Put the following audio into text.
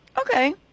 okay